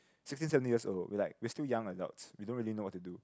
sixteen seventeen years old we're like we're still young adults we don't really know what to do